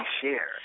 share